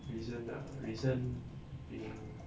reason err reason being